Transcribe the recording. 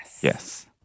Yes